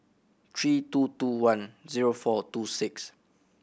three two two one zero four two six